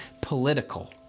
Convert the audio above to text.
political